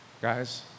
Guys